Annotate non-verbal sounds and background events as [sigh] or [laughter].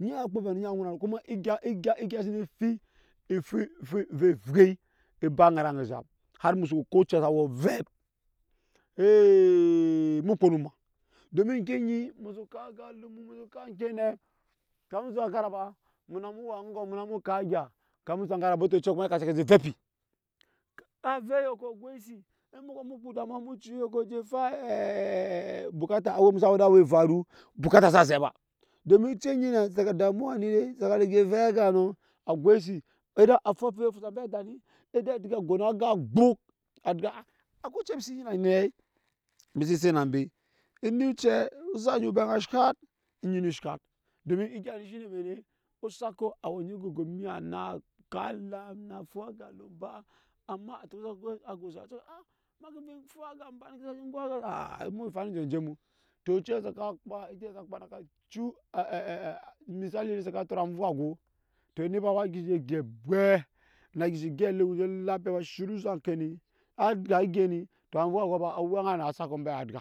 Eni. wa kpaa ovɛ eni wa ŋuna kuma egya egya egya sini efi efu efu [hesitation] ovɛ ovwei eba eŋet ana ezam, har musu ko ocɛ sawe ovɛp oo, mu kpo nu ma domi kap oŋke ne kami musu hankar ba mun mu we aŋgɔm muna mu kap egya kami musu ankara bete ocɛ ŋ sake je tepi avɛp eyoko agis eme amɛko musu ko odammuwa mu cu eyoks je fai [hesitation] ebuka bukata sa cɛ ba domi ocɛ nyine saka damuwa ni we saka lege vɛp ambe ada ni oda ogyɔ gan aga ozap oni obeŋa eshat onyi ni a shat domi egya ni shine mene osakɔ awe onyi gorgomiya na kap elam na fu aga alum ba amma [unintelligible] ena si fu aga emba nikin je gois [unintelligible] mu fam ange enje mu to ocɛ saka misali mi saka tot anuwa ago to eni fa a gishi je gyep ebwee na gishi gyep alehu nje elapiya shirya ozap oŋke ini, a gya egei ni to avuwa ago awɛna nu osako be wa gya